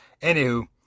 anywho